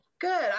Good